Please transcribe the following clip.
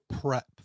prep